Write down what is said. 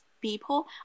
people